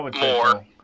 more